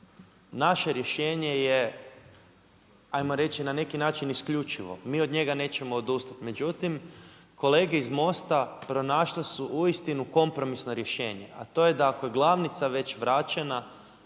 Naše rješenje je ajmo reći na neki način isključivo, mi od njega nećemo odustati. Međutim, kolege iz Most-a pronašle su uistinu kompromisno rješenje, a to je da ako je glavnica već vraćena